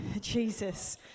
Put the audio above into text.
Jesus